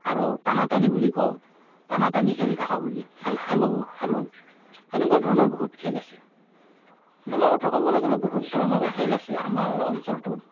আৰু টানাটানি বুলি কওঁ টানাটানি খেলি থকা বুলি খেল খেলোঁ খেলোঁ সেনেকুৱা ধৰণৰ বহুত খেল আছে খেলৰ কথা ক'বলৈ গ'লে বহুত ধৰণৰে খেল আছে আমাৰ অঞ্চলটোত